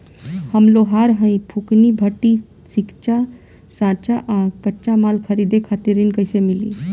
हम लोहार हईं फूंकनी भट्ठी सिंकचा सांचा आ कच्चा माल खरीदे खातिर ऋण कइसे मिली?